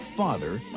Father